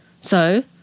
So